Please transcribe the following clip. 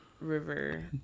river